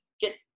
get